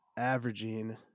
averaging